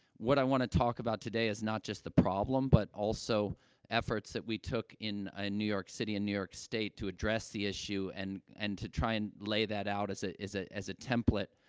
what i want to talk about today is not just the problem but also efforts that we took in, ah, new york city and new york state to address the issue and and to try and lay that out as a as a as a template,